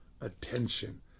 attention